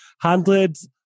hundreds